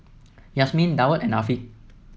Yasmin Daud and Afiq